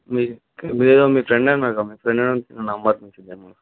మీ మీ ఫ్రెండు అన్నారుకదా మీ ఫ్రెండు నంబరు నుంచి